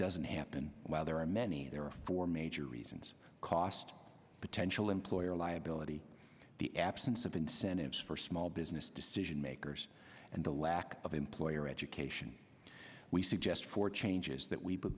doesn't happen while there are many there are four major reasons cost potential employer liability the absence of incentives for small business decision makers and the lack of employer education we suggest for changes that we